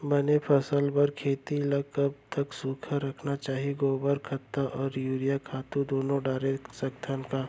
बने फसल बर खेती ल कब कब सूखा रखना चाही, गोबर खत्ता और यूरिया खातू दूनो डारे सकथन का?